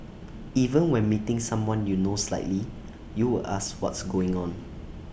even when meeting someone you know slightly you would ask what's going on